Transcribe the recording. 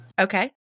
Okay